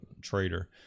trader